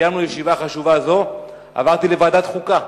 סיימנו ישיבה חשובה זו, עברתי לוועדת חוקה.